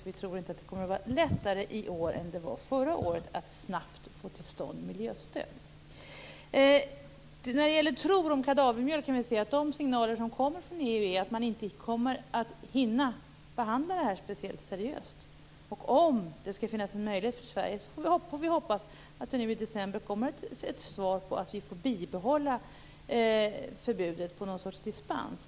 Vi tror nämligen inte att det kommer att vara lättare i år än det var förra året att snabbt få till stånd miljöstöd. När det gäller kadavermjöl har vi fått signaler från EU om att man inte kommer att hinna behandla frågan speciellt seriöst. Om det skulle finnas en möjlighet för Sverige får vi hoppas att det nu i december kommer ett svar som säger att vi får behålla förbudet, att vi får något slags dispens.